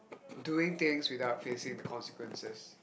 doing things without facing the consequences